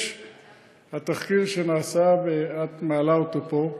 יש התחקיר שנעשה, ואת מעלה אותו פה.